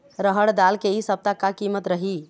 रहड़ दाल के इ सप्ता का कीमत रही?